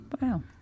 Wow